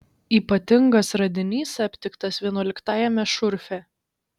ypatingas radinys aptiktas vienuoliktajame šurfe